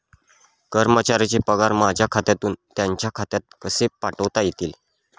कर्मचाऱ्यांचे पगार माझ्या खात्यातून त्यांच्या खात्यात कसे पाठवता येतील?